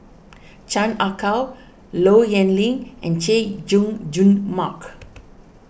Chan Ah Kow Low Yen Ling and Chay Jung Jun Mark